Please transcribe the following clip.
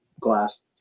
glass